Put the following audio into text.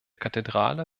kathedrale